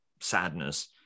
sadness